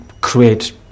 create